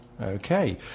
Okay